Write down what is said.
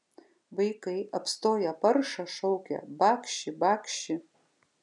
vaikai apstoję paršą šaukia bakši bakši